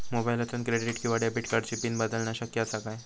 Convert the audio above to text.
मोबाईलातसून क्रेडिट किवा डेबिट कार्डची पिन बदलना शक्य आसा काय?